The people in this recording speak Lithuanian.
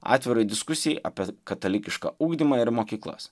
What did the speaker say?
atvirai diskusijai apie katalikišką ugdymą ir mokyklas